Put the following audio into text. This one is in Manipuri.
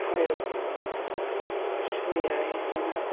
ꯍꯥꯏꯔꯛꯄꯁꯨ ꯌꯥꯏ ꯑꯗꯨꯅ